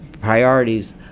priorities